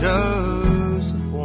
Joseph